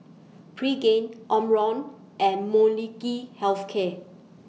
Pregain Omron and Molnylcke Health Care